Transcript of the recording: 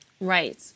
Right